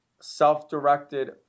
Self-directed